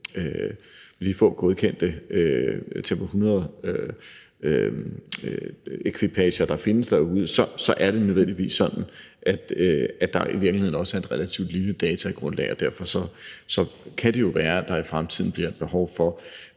de få godkendte Tempo 100-ekvipager, der findes derude, så er det nødvendigvis sådan, at der i virkeligheden også er et relativt lille datagrundlag. Derfor kan det jo være, at der i fremtiden bliver behov for